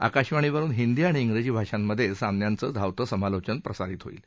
आकाशवाणीवरुन हिंदी आणि उजी भाषामधे सामन्याच धावत समालोचन प्रसारित होईल